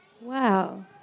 Wow